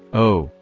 oh,